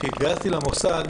כשהתגייסתי למוסד